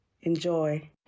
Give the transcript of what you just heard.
Enjoy